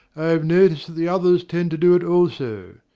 i have noticed that the others tend to do it also.